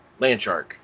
Landshark